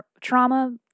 trauma